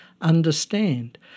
understand